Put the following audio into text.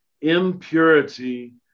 impurity